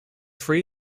free